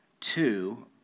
Two